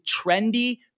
trendy